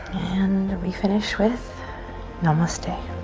and we finish with namaste.